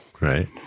Right